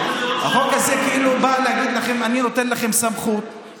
החוק הזה כאילו בא להגיד לכם: אני נותן לכם סמכות,